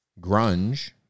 grunge